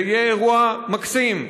זה יהיה אירוע מקסים,